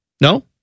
No